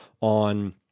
on